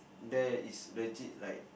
there is legit like